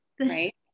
Right